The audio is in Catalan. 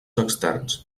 externs